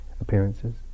Appearances